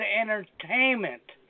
entertainment